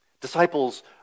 Disciples